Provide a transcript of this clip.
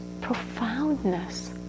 profoundness